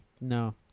No